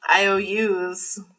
IOUs